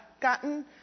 gotten